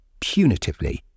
punitively